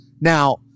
Now